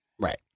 right